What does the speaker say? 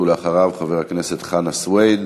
ולאחריו, חבר הכנסת חנא סוייד.